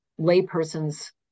layperson's